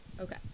okay